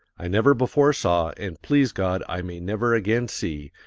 i never before saw, and please god i may never again see,